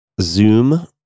Zoom